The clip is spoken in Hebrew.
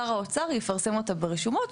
שר האוצר יפרסם אותה ברשומות.